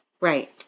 Right